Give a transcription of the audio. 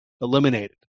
eliminated